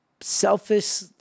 selfish